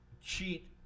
cheat